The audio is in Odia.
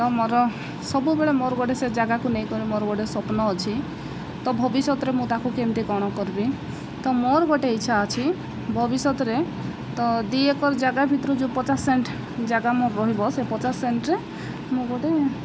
ତ ମୋର ସବୁବେଳେ ମୋର ଗୋଟେ ସେ ଜାଗାକୁ ନେଇକରି ମୋର ଗୋଟେ ସ୍ୱପ୍ନ ଅଛି ତ ଭବିଷ୍ୟତରେ ମୁଁ ତାକୁ କେମିତି କ'ଣ କରିବି ତ ମୋର ଗୋଟେ ଇଚ୍ଛା ଅଛି ଭବିଷ୍ୟତରେ ତ ଦୁଇ ଏକର୍ ଜାଗା ଭିତରୁ ଯେଉଁ ପଚାଶ ପରସେଣ୍ଟ ଜାଗା ଭିତରୁ ମୋ ରହିବ ସେ ପଚାଶ ପରସେଣ୍ଟରେ ମୁଁ ଗୋଟେ